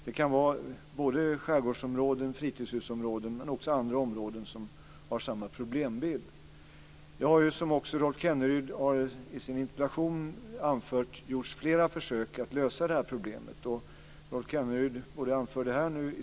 Det kan röra sig om skärgårdsområden, fritidshusområden och också andra områden som har samma problembild. Som Rolf Kenneryd påpekar i sin interpellation har det gjorts flera försök att lösa detta problem.